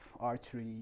archery